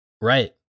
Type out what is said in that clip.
right